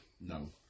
No